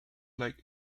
like